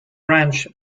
ranch